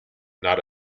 not